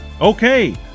Okay